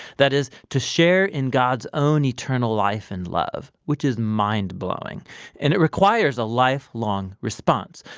that is, to share in god's own eternal life and love, which is mind-blowing and requires a life-long response.